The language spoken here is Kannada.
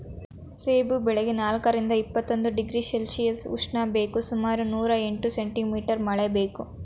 ಸೇಬು ಬೆಳೆಗೆ ನಾಲ್ಕರಿಂದ ಇಪ್ಪತ್ತೊಂದು ಡಿಗ್ರಿ ಸೆಲ್ಶಿಯಸ್ ಉಷ್ಣಾಂಶ ಬೇಕು ಸುಮಾರು ನೂರು ಸೆಂಟಿ ಮೀಟರ್ ಮಳೆ ಬೇಕು